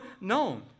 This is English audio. known